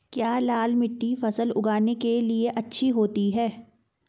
क्या लाल मिट्टी फसल उगाने के लिए अच्छी होती है?